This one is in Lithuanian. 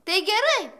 tai gerai